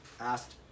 asked